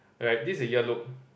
alright this is the ear lobe